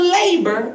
labor